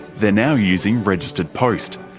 they're now using registered post.